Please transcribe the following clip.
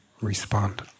respond